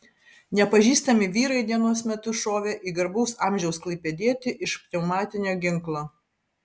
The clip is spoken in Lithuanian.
nepažįstami vyrai dienos metu šovė į garbaus amžiaus klaipėdietį iš pneumatinio ginklo